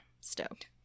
Stoked